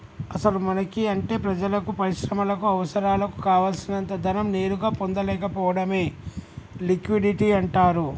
అసలు మనకి అంటే ప్రజలకు పరిశ్రమలకు అవసరాలకు కావాల్సినంత ధనం నేరుగా పొందలేకపోవడమే లిక్విడిటీ అంటారు